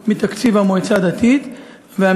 הצעת החוק הזאת נועדה לעשות קצת סדר בחלוקת